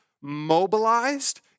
mobilized